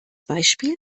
beispiel